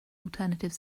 alternative